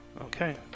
Okay